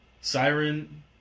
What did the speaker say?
Siren